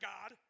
God